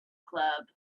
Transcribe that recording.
club